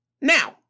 Now